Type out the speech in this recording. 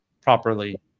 properly